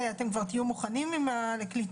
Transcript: בכמה שפות הוא עובד?